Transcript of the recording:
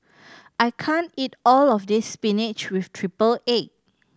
I can't eat all of this spinach with triple egg